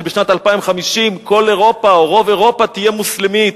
שבשנת 2050 כל אירופה או רוב אירופה תהיה מוסלמית,